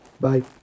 Bye